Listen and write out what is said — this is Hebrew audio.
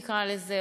נקרא לזה,